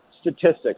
statistics